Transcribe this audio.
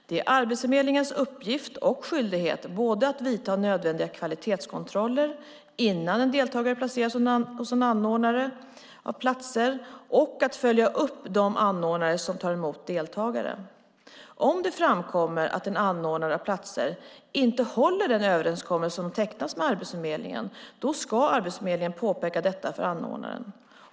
Det är Arbetsförmedlingens uppgift och skyldighet både att vidta nödvändiga kvalitetskontroller innan en deltagare placeras hos en anordnare av platser och att följa upp de anordnare som tar emot deltagare. Om det framkommer att en anordnare av platser inte håller den överenskommelse som tecknas med Arbetsförmedlingen ska Arbetsförmedlingen påpeka detta för anordnaren.